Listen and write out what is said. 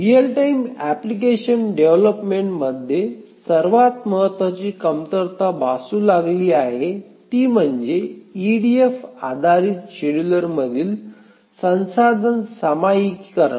real time application डेव्हलपमेंटमध्ये सर्वात महत्वाची कमतरता भासू लागली आहे ती म्हणजे ईडीएफ आधारित शेड्यूलरमधील संसाधन सामायिकरण